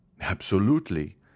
Absolutely